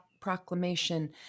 Proclamation